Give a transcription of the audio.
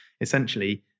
essentially